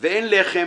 ואין לחם